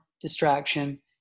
distraction